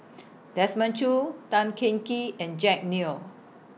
Desmond Choo Tan Cheng Kee and Jack Neo